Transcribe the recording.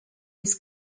his